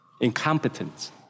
incompetence